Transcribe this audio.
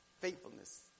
faithfulness